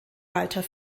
walter